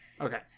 okay